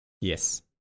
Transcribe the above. Yes